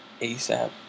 ASAP